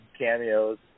cameos